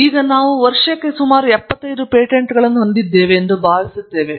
ಈಗ ನಾವು ವರ್ಷಕ್ಕೆ ಸುಮಾರು 75 ಪೇಟೆಂಟ್ಗಳನ್ನು ಹೊಂದಿದ್ದೇವೆ ಎಂದು ನಾನು ಭಾವಿಸುತ್ತೇನೆ